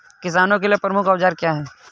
किसानों के लिए प्रमुख औजार क्या हैं?